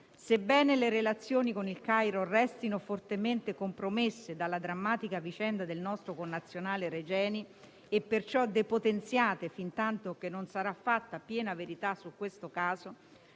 Sebbene le relazioni con Il Cairo restino fortemente compromesse dalla drammatica vicenda del nostro connazionale Regeni e perciò depotenziate fintanto che non sarà fatta piena verità su questo caso,